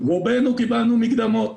רובנו קיבלנו מקדמות.